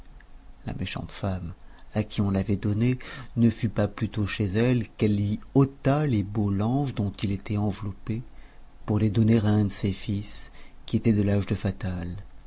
la méchante femme à qui on l'avait donné ne fut pas plutôt chez elle qu'elle lui ôta les beaux langes dont il était enveloppé pour les donner à un de ses fils qui était de l'âge de fatal